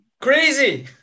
Crazy